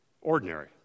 ordinary